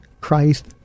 Christ